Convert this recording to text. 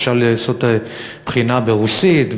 אפשר לעשות את הבחינה ברוסית,